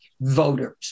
voters